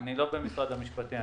אני לא יודע, אני לא ממשרד המשפטים.